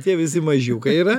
tie visi mažiukai yra